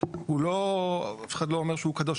אבל הוא לא, אף אחד לא אומר שהוא קדוש.